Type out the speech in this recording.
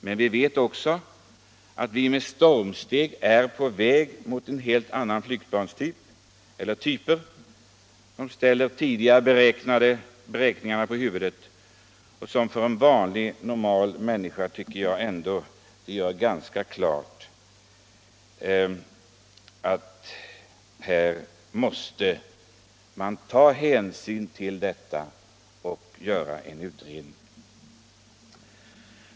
Men vi vet också att vi med stormsteg är på väg mot helt andra flygplanstyper, som ställer tidigare beräkningar på huvudet och som för en vanlig normal människa gör klart att man måste ta hänsyn till detta och göra en ny utredning.